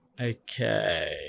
Okay